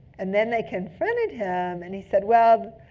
and then they confronted him, and he said, well,